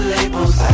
labels